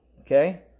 okay